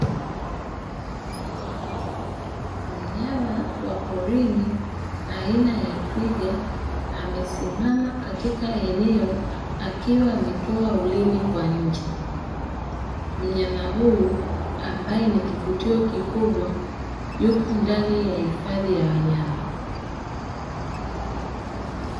Mnyama wa porini aina ya twiga amesimama katika eneo akiwa ametoa ulimi kwa nje. Mnyama huyu ambae ni kivutio kikubwa yupo ndani ya hifadhi ya wanyama.